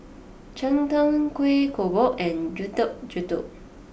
Cheng Tng Kuih Kodok and Getuk Getuk